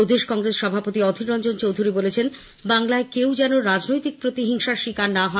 প্রদেশ কংগ্রেস সভাপতি অধীর চৌধুরী বলেছেন বাংলায় কেউ যেন রাজনৈতিক প্রতিহিংসার শিকার না হয়